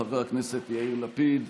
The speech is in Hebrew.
חבר הכנסת יאיר לפיד,